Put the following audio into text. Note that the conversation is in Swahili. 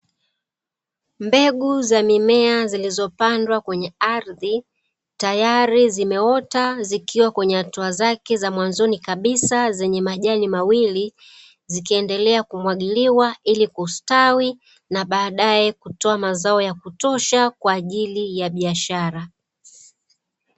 Mbegu za mimea zilizopandwa kwenye ardhi, tayari zimeota zikiwa kwenye hatua zake za mwanzoni kabisa zenye majani mawili, zikiendelea kumwagiliwa, ili kustawi na baadaye kutoa mazao ya kutosha kwa ajili ya biashara.